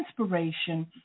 inspiration